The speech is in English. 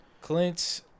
Clint